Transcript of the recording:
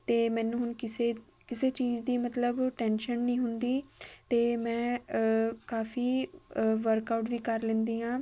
ਅਤੇ ਮੈਨੂੰ ਹੁਣ ਕਿਸੇ ਕਿਸੇ ਚੀਜ਼ ਦੀ ਮਤਲਬ ਟੈਨਸ਼ਨ ਨਹੀਂ ਹੁੰਦੀ ਅਤੇ ਮੈਂ ਕਾਫੀ ਵਰਕਆਊਟ ਵੀ ਕਰ ਲੈਂਦੀ ਹਾਂ